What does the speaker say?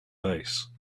bass